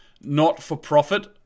not-for-profit